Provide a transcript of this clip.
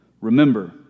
Remember